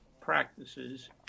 practices